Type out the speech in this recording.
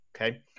Okay